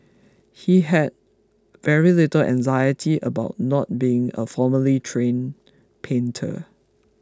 he had very little anxiety about not being a formally trained painter